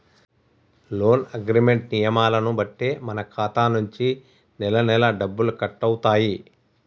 loan agreement నియమాలను బట్టే మన ఖాతా నుంచి నెలనెలా డబ్బులు కట్టవుతాయి